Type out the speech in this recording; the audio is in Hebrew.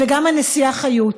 וגם הנשיאה חיות,